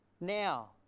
now